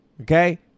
Okay